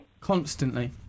Constantly